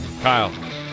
Kyle